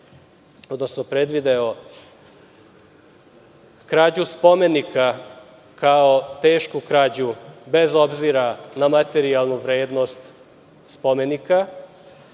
odnosno predvideo krađu spomenika kao tešku krađu bez obzira na materijalnu vrednost spomenika,